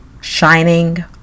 shining